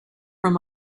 from